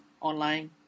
online